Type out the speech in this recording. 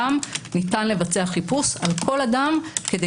שם ניתן לבצע חיפוש על כל אדם כדי